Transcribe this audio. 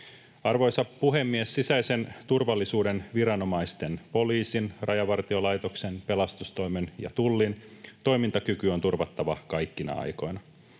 Arvoisa puhemies! Sisäisen turvallisuuden viranomaisten — poliisin, Rajavartiolaitoksen, pelastustoimen ja Tullin — toimintakyky on turvattava kaikkina aikoina.